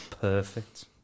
perfect